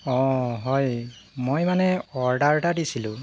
অঁ হয় মই মানে অৰ্ডাৰ এটা দিছিলোঁ